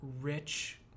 rich